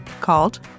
called